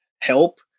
help